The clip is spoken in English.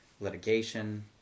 Litigation